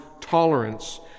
tolerance